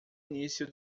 início